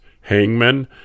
Hangman